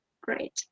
great